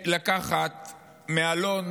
לקחת מאלון